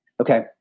Okay